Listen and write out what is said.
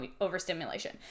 overstimulation